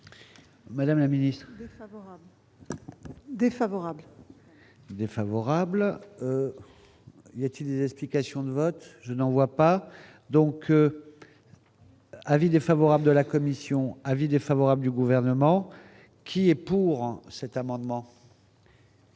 Madame la Ministre défavorable, défavorable, il y a-t-il des explications de vote, je n'en vois pas donc. Avis défavorable de la commission avis défavorable du gouvernement qui est pour cet amendement.